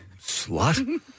Slut